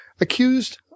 accused